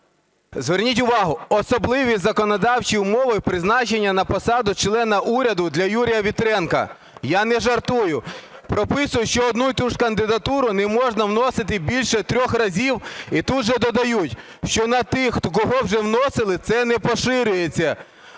Зверніть увагу: особливі законодавчі умови призначення на посаду члена уряду для Юрія Вітренка. Я не жартую. Прописують, що одну і ту ж кандидатуру не можна вносити більше трьох разів, і тут же додають, що на тих, кого вже вносили, це не поширюється.